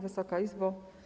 Wysoka Izbo!